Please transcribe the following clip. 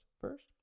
first